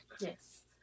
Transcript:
Yes